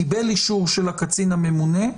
קיבל אישור של הקצין הממונה,